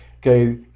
Okay